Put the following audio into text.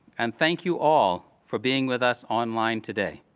and thank you all for being with us online today.